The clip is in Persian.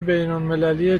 بینالمللی